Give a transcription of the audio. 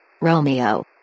Romeo